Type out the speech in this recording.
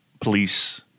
Police